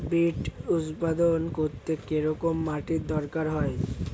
Beets উৎপাদন করতে কেরম মাটির দরকার হয়?